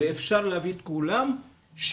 ואפשר להביא את כולם שיתרמו.